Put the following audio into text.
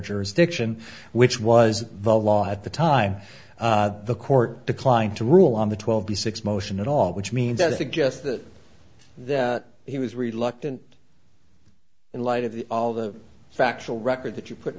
jurisdiction which was the law at the time the court declined to rule on the twelve b six motion at all which means that it's a guess that he was reluctant in light of all the factual record that you put in